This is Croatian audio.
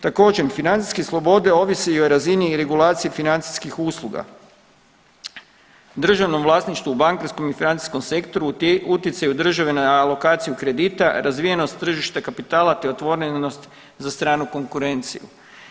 Također financijske slobode ovise i o razini i regulaciji financijskih usluga u državnom vlasništvu, u bankarskom i financijskom sektoru, utjecaju države na alokaciju kredita, razvijenost tržišta kapitala, te otvorenost za stranu konkurenciju.